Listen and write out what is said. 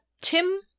Tim